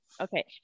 okay